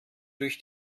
durch